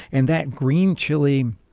and that green chile